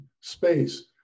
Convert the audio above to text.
space